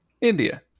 India